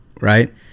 right